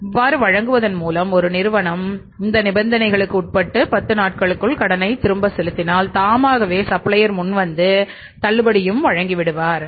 இவ்வாறு வழங்குவதன் மூலம் ஒரு நிறுவனம் இந்த நிபந்தனைகளுக்கு உட்பட்டு பத்து நாட்களுக்குள் கடனை திரும்ப செலுத்தினால் தாமாகவே முன்வந்து சப்ளையர் தள்ளுபடி வழங்கி விடுவார்